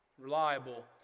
reliable